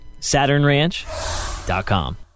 SaturnRanch.com